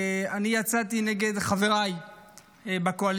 אני יצאתי נגד חבריי בקואליציה,